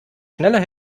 schneller